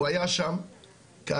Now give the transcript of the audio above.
הוא היה שם כאשר